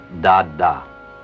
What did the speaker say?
Dada